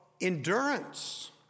endurance